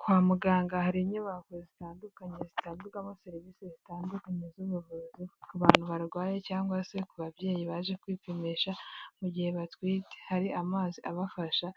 Kwa muganga hari inyubako zitandukanye zitangirwamo serivisi zitandukanye zubuvuzi, ku bantu barwaye cyangwa se ku babyeyi baje kwipimisha mu gihe batwite. Hari amazi abafasha